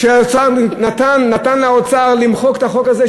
כשהוא אנתן לאוצר למחוק את החוק הזה,